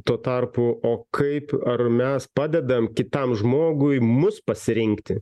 tuo tarpu o kaip ar mes padedam kitam žmogui mus pasirinkti